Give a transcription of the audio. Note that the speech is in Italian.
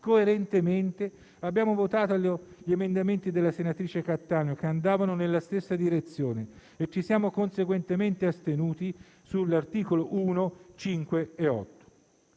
Coerentemente, abbiamo votato gli emendamenti della senatrice Cattaneo, che andavano nella stessa direzione, e ci siamo conseguentemente astenuti sugli articoli 1, 5 e 8.